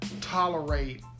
tolerate